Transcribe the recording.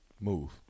move